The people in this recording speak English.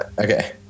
okay